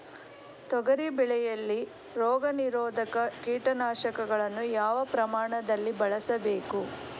ತೊಗರಿ ಬೆಳೆಯಲ್ಲಿ ರೋಗನಿರೋಧ ಕೀಟನಾಶಕಗಳನ್ನು ಯಾವ ಪ್ರಮಾಣದಲ್ಲಿ ಬಳಸಬೇಕು?